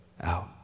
out